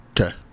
Okay